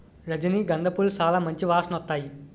రజనీ గంధ పూలు సాలా మంచి వాసనొత్తాయి